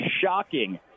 shocking